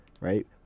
right